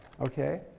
Okay